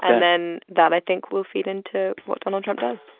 and then that, i think, will feed into what donald trump does